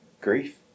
grief